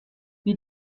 wie